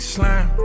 Slime